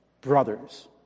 brothers